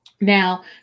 Now